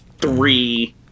three